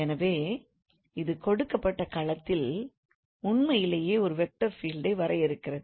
எனவே இது கொடுக்கப்பட்ட களத்தில் உண்மையிலேயே ஒரு வெக்டார் ஃபீல்டை வரையறுக்கிறது